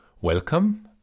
welcome